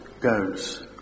goes